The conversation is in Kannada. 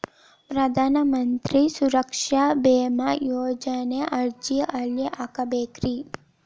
ಪ್ರಧಾನ ಮಂತ್ರಿ ಸುರಕ್ಷಾ ಭೇಮಾ ಯೋಜನೆ ಅರ್ಜಿ ಎಲ್ಲಿ ಹಾಕಬೇಕ್ರಿ?